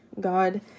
God